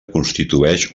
constitueix